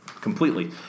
completely